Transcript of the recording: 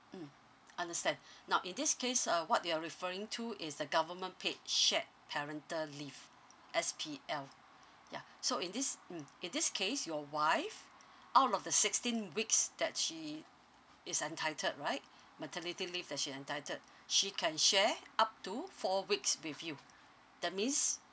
mm understand now in this case uh what you're referring to is the government paid shared parental leave S_P_L yeah so in this mm in this case your wife out of the sixteen weeks that she is entitled right maternity leave that she entitled she can share up to four weeks with you that means